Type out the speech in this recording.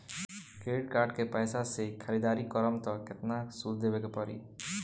Credit card के पैसा से ख़रीदारी करम त केतना सूद देवे के पड़ी?